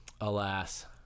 alas